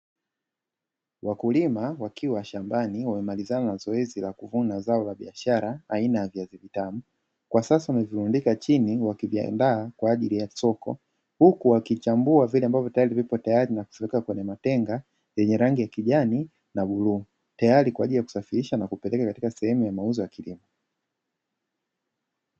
Wakulima wakiwa shambani wakimalizana na zoezi la kuvuna zao la biashara aina ya viazi vitamu, kwa sasa wamevirundika chini kuviandaa kwa ajili ya soko huku wakichambua vile ambavyo vipo tayari na kuweka kwenye matenga yenye rangi ya kijani na bluu, tayari kwa ajili ya kusafirisha na kupeleka katika sehemu ya mauzo ya kilimo.